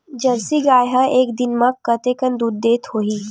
Jersey गाय ह एक दिन म कतेकन दूध देत होही?